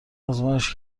آزمایش